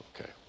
okay